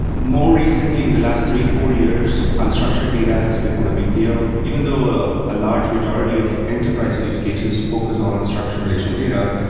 more recently, in the last three, four years unstructured data has become a big deal. even though a large majority of enterprise use cases focus on structured relational data.